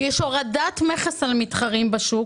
יש הורדת מכס על מתחרים בשוק